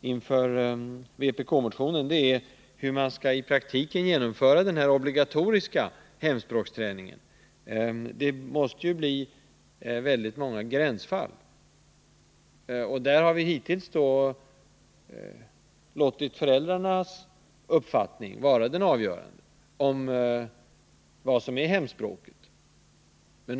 inför vpk-motionen är hur man i praktiken tänker genomföra den obligatoriska hemspråksträningen. Det måste bli många gränsfall. Hittills har vi låtit föräldrarnas uppfattning om vad som är hemspråket vara avgörande.